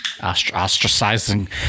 Ostracizing